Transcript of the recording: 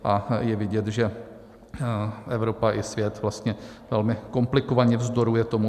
A je vidět, že Evropa i svět vlastně velmi komplikovaně vzdoruje tomu, co je.